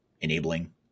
enabling